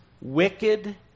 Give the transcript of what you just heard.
wicked